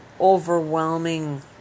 overwhelming